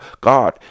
God